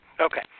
Okay